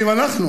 אם אנחנו